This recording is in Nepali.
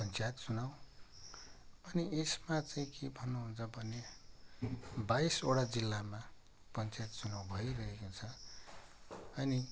पञ्चायत चुनाव अनि यसमा चाहिँ के भन्नु हुन्छ भने बाइसवटा जिल्लामा पञ्चायत चुनाव भइरहेको छ अनि